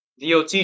dot